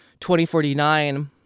2049